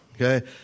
okay